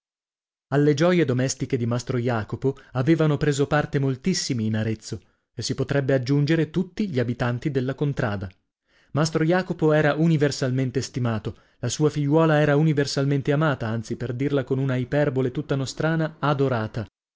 alle gioie domestiche di mastro jacopo avevano preso parte moltissimi in arezzo e si potrebbe aggiungere tutti gli abitanti della contrada mastro jacopo era universalmente stimato la sua figliuola era universalmente amata anzi per dirla con una iperbole tutta nostrana adorata